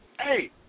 Hey